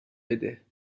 بده